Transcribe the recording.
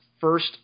first